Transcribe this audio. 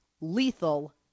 lethal